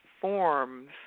forms